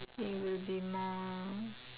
it will be more